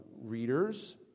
readers